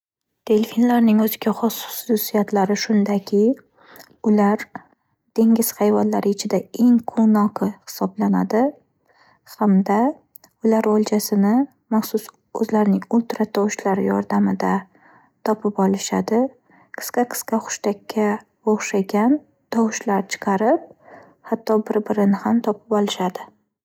Delfinlarning o'ziga xos xususiyatlari shundaki, ular dengiz hayvonlari ichida eng quvnoqi hisoblanadi, hamda ular o'ljasini maxsus o'zlarining ultra tovushlari yordamida topib olishadi. Qisqa-qisqa xushtakka o'xshagan tovushlar chiqarib, xatto bir-birini ham topib olishadi.